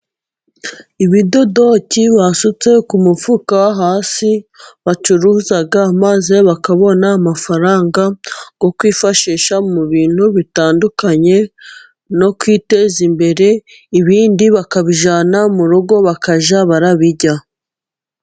Ibidodoki basutse ku mufuka hasi bacuruza maze bakabona amafaranga yo kwifashisha mu bintu bitandukanye, no kwiteza imbere ibindi bakabijyana mu rugo bakajya babijya.